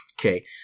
Okay